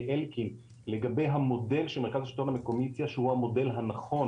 אלקין לגבי המודל שהמרכז לשלטון המקומי הציע שהוא המודל הנכון,